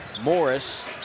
Morris